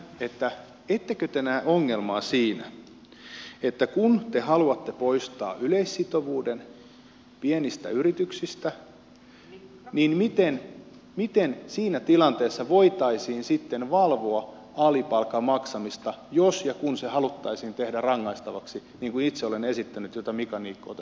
ettekö te näe ongelmaa siinä kun te haluatte poistaa yleissitovuuden pienistä yrityksistä miten siinä tilanteessa voitaisiin sitten valvoa alipalkan maksamista jos ja kun se haluttaisiin tehdä rangaistavaksi niin kuin itse olen esittänyt mitä mika niikko on tässä tukenut